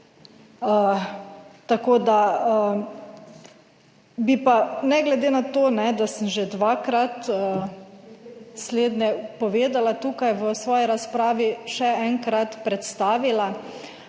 sprejet. Bi pa ne glede na to, da sem že dvakrat slednje povedala, tukaj v svoji razpravi še enkrat predstavila